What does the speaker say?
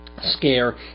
scare